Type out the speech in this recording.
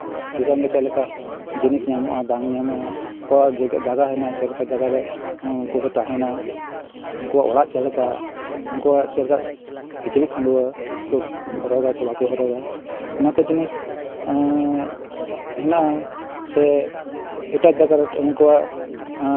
ᱫᱤᱥᱚᱢ ᱨᱮ ᱪᱮᱫ ᱞᱮᱠᱟ ᱡᱤᱱᱤᱥ ᱧᱟᱢᱚᱜᱼᱟ ᱵᱟᱝ ᱧᱟᱢᱚᱜᱼᱟ ᱟᱠᱚᱣᱟᱜ ᱡᱟᱭᱜᱟ ᱢᱮᱱᱟᱜᱼᱟ ᱪᱮᱫ ᱞᱮᱠᱟ ᱡᱟᱭᱜᱟ ᱨᱮ ᱩᱱᱠᱩ ᱠᱚ ᱛᱟᱦᱮᱱᱟ ᱩᱱᱠᱩᱣᱟᱜ ᱚᱲᱟᱜ ᱪᱮᱫ ᱞᱮᱠᱟ ᱩᱱᱠᱩᱣᱟᱜ ᱪᱮᱫ ᱞᱮᱠᱟ ᱠᱤᱪᱨᱤᱡ ᱠᱷᱟᱺᱰᱩᱣᱟᱹᱜ ᱦᱚᱨᱚᱜᱟᱠᱚ ᱵᱟᱠᱚ ᱦᱚᱨᱚᱜᱟ ᱚᱱᱟᱠᱚ ᱡᱤᱱᱤᱥ ᱦᱮᱱᱟᱜᱼᱟ ᱥᱮ ᱮᱴᱟᱜ ᱡᱟᱭᱜᱟ ᱨᱮ ᱩᱱᱠᱩᱣᱟᱜ